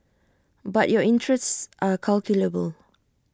but your interests are calculable